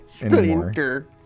anymore